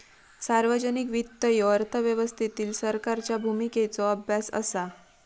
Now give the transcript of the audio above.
सार्वजनिक वित्त ह्यो अर्थव्यवस्थेतील सरकारच्या भूमिकेचो अभ्यास असा